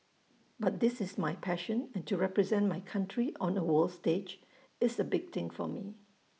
but this is my passion and to represent my country on A world stage is A big thing for me